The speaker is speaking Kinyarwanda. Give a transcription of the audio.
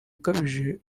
ukabije